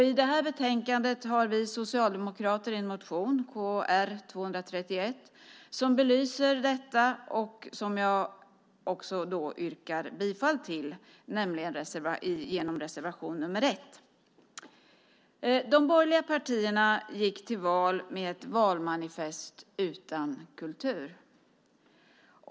I det här betänkandet har vi socialdemokrater en motion, Kr231, som belyser detta och som jag också yrkar bifall till genom reservation nr 1. De borgerliga partierna gick till val med ett valmanifest utan kultur.